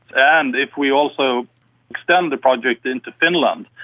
and if we also extend the project into finland,